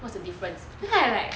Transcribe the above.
what's the difference then I like